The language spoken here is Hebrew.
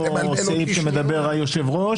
אותו סעיף שמדבר עליו היושב-ראש.